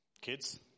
Kids